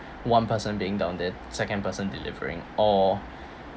one person being down there second person delivering or